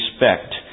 respect